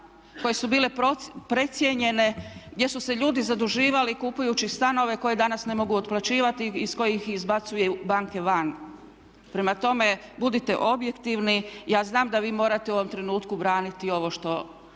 koje su bile precijenjene, gdje su se ljudi zaduživali kupujući stanove koje danas ne mogu otplaćivati i iz kojih ih izbacuju banke van. Prema tome, budite objektivni. Ja znam da vi morate u ovom trenutku braniti ovo što